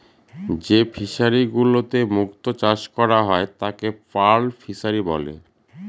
যে ফিশারিগুলোতে মুক্ত চাষ করা হয় তাকে পার্ল ফিসারী বলে